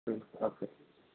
okay